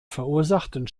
verursachten